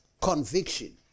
Conviction